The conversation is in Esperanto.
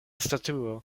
statuo